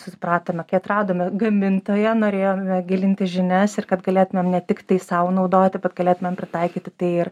supratome kai atradome gamintoją norėjome gilinti žinias ir kad galėtumėm ne tiktai sau naudoti bet galėtumėm pritaikyti tai ir